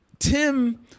Tim